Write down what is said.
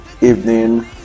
evening